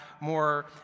more